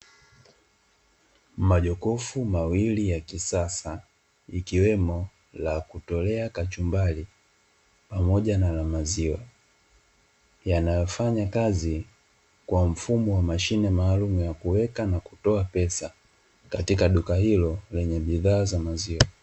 Majokofu mawili ya kisasa likiwemo la kutolea kachumbali pamoja na la maziwa, yanatofanya kazi kwa mfumo wa mashine maalumu ya kuweka na kutoa pesa katika duka hilo lenye bidhaa za maziwa.